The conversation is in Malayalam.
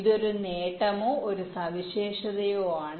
ഇത് ഒരു നേട്ടമോ ഒരു സവിശേഷതയോ ആണ്